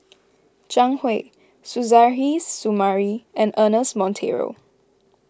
Zhang Hui Suzairhe Sumari and Ernest Monteiro